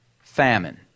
Famine